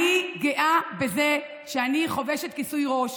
אני גאה בזה שאני חובשת כיסוי ראש,